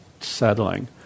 settling